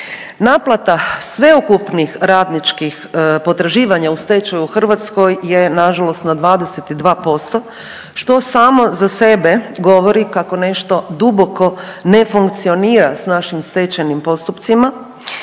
Naplata sveukupnih radničkih potraživanja u stečaju u Hrvatskoj je nažalost na 22% što samo za sebe govori kako nešto duboko ne funkcionira s našim stečajnim postupcima